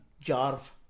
Jarv